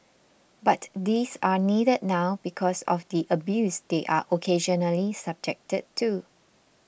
but these are needed now because of the abuse they are occasionally subjected to